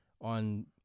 on